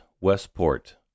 Westport